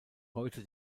heute